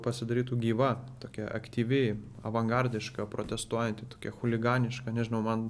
pasidarytų gyva tokia aktyvi avangardiška protestuojanti tokia chuliganiška nežinau man